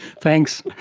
thanks.